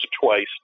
twice